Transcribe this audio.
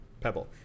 Pebble